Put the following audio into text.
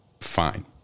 fine